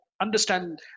understand